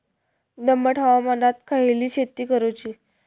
दमट हवामानात खयली शेती करूची?